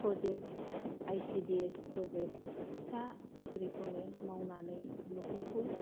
प्रजेक I C D S project फिसा साख्रिखौनो मावनानै नखरखौ